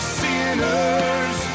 sinners